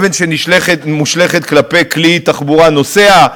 אבן שמושלכת כלפי כלי תחבורה נוסע,